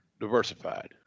diversified